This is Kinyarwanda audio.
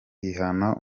rihana